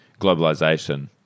globalization